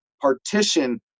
partition